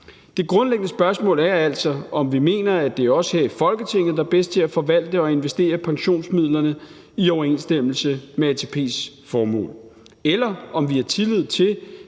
Det grundlæggende spørgsmål er altså, om man mener, at vi her i Folketinget er bedst til at forvalte og investere pensionsmidlerne i overensstemmelse med ATP's formue, eller om man har tillid til,